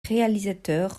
réalisateurs